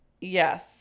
yes